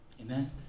Amen